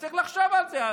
צריך לחשוב על זה.